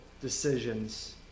decisions